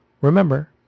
Remember